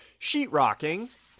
sheetrocking